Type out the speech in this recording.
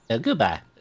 goodbye